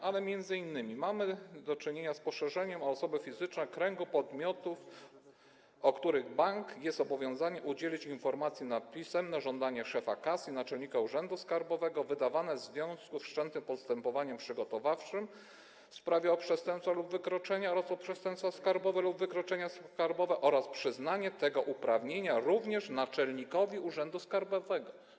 Mamy do czynienia m.in. z poszerzeniem o osoby fizyczne kręgu podmiotów, o których bank jest obowiązany udzielać informacji na pisemne żądanie szefa KAS i naczelnika urzędu celno-skarbowego wydane w związku z wszczętym postępowaniem przygotowawczym w sprawie o przestępstwa lub wykroczenia oraz o przestępstwa skarbowe lub wykroczenia skarbowe, oraz z przyznaniem tego uprawnienia również naczelnikowi urzędu skarbowego.